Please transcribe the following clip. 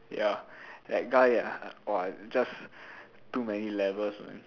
ya that guy ah !wah! just too many levels man